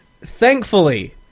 Thankfully